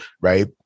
right